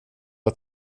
att